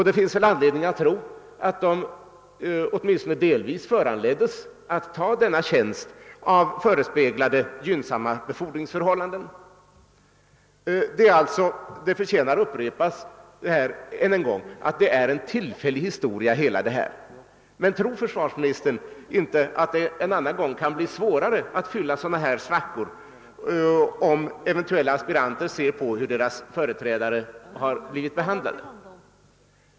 Det finns väl anledning att tro att de åtminstone delvis föranleddes att ta sin tjänst på grund av förespeglade gynnsamma <befordringsförhållanden. Det förtjänar att upprepas att allt detta är en tillfällig historia, men tror försvarsministern inte att det en annan gång kan bli svårare att fylla uppkomna luckor, om eventuella aspiranter ser hur deras föregångare har blivit behandlade?